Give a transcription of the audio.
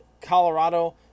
Colorado